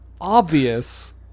obvious